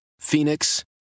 Phoenix